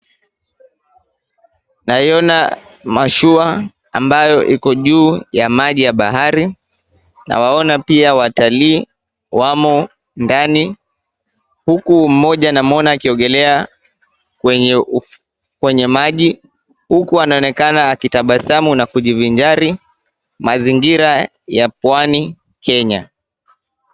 Naiona mashua ambayo iko juu ya maji ya bahari, nawaona pia watalii wamo ndani huku mmoja namuona akiogelea kwenye maji huku anaonekana akitabasamu na kujivinjari. Mazingira ya Pwani Kenya.